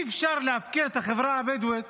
אי-אפשר להפקיר את החברה הבדואית